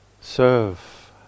serve